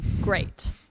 Great